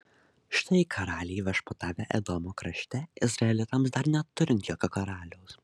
štai karaliai viešpatavę edomo krašte izraelitams dar neturint jokio karaliaus